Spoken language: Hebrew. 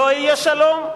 לא יהיה שלום,